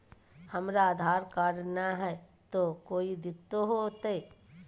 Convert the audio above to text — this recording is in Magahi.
हमरा आधार कार्ड न हय, तो कोइ दिकतो हो तय?